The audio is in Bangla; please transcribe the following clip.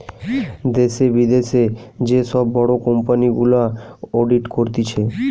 দ্যাশে, বিদ্যাশে যে সব বড় কোম্পানি গুলা অডিট করতিছে